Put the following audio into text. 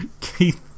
Keith